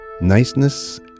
niceness